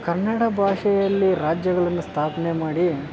ಕನ್ನಡ ಭಾಷೆಯಲ್ಲಿ ರಾಜ್ಯಗಳನ್ನು ಸ್ಥಾಪನೆ ಮಾಡಿ